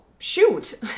shoot